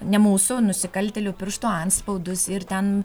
ne mūsų nusikaltėlių pirštų antspaudus ir ten